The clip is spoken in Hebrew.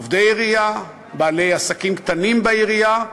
עובדי עירייה, בעלי עסקים קטנים בעירייה,